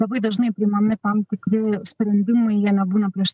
labai dažnai priimami tam tikri sprendimai jie nebūna prieš